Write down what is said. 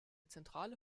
zentrale